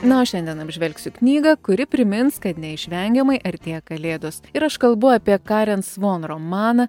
na o šiandien apžvelgsiu knygą kuri primins kad neišvengiamai artėja kalėdos ir aš kalbu apie karen svon romaną